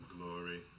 glory